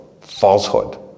Falsehood